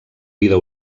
vida